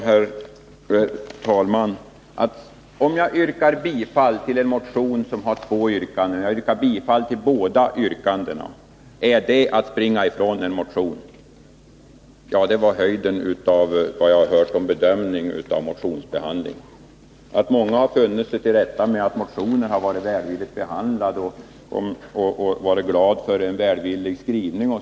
Herr talman! Om jag yrkar bifall till vår motion som innehåller två yrkanden och då yrkar bifall till båda dessa yrkanden, är det att springa ifrån en motion? Det var det värsta som jag har hört i fråga om synen på motionsbehandling. Vi har ju sett att många har funnit sig i att motioner blivit välvilligt behandlade och" glatt sig över en välvillig skrivning.